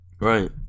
right